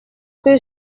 que